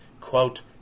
quote